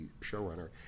showrunner